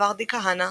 ורדי כהנא,